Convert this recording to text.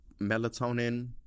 melatonin